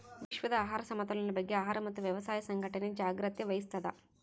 ವಿಶ್ವದ ಆಹಾರ ಸಮತೋಲನ ಬಗ್ಗೆ ಆಹಾರ ಮತ್ತು ವ್ಯವಸಾಯ ಸಂಘಟನೆ ಜಾಗ್ರತೆ ವಹಿಸ್ತಾದ